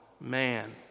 man